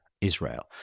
Israel